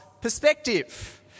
perspective